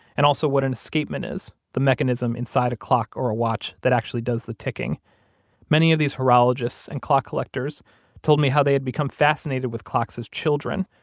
and also what an escapement is the mechanism inside a clock or a watch that actually does the ticking many of these horologist and clock collectors told me how they had become fascinated with clocks as children,